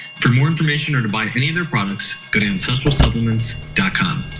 for more information or to buy any of their products, go to ancestralsupplements dot com